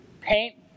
paint